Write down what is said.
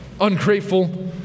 ungrateful